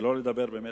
שלא לדבר באמת,